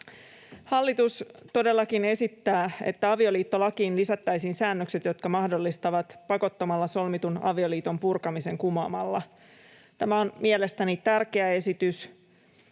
Hallitus todellakin esittää, että avioliittolakiin lisättäisiin säännökset, jotka mahdollistavat pakottamalla solmitun avioliiton purkamisen kumoamalla. Tämä on mielestäni tärkeä esitys